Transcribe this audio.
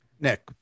Nick